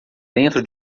dentro